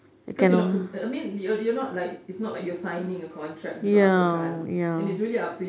because you're not I mean you're not you're not like it's not like you're signing a contract untuk apa kan and it's really up to you